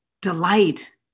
delight